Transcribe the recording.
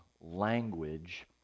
language